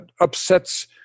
upsets